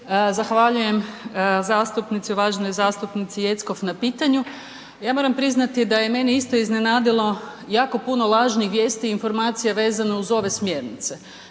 zahvaljujem zastupnici, uvaženoj zastupnici Jeckov na pitanju, ja moram priznati da je mene isto iznenadilo jako puno lažnih vijesti i informacija vezano uz ove smjernice.